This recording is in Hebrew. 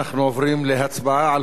אנחנו עוברים להצבעה על